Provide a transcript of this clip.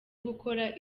gukora